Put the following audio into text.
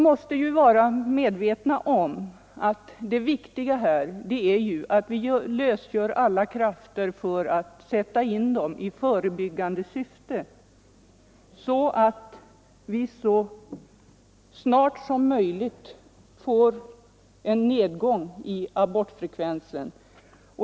Det är angeläget att utnyttja alla krafter för förebyggande insatser i syfte att så snart som möjligt minska abortfrekvensen.